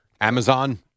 Amazon